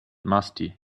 musty